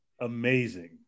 Amazing